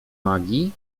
magii